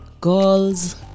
girls